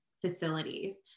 facilities